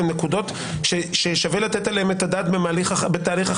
הן נקודות ששווה לתת עליהן את הדעת בתהליך החקיקה.